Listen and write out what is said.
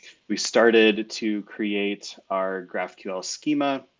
we started to create our graphql schema.